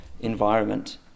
environment